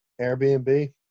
airbnb